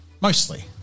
Mostly